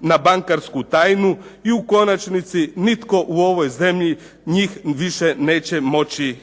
na bankarsku tajnu i u konačnici nitko u ovoj zemlji njih više neće moći